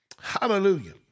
hallelujah